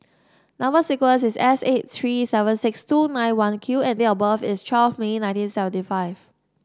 number sequence is S eight three seven six two nine one Q and date of birth is twelve May nineteen seventy five